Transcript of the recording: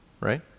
right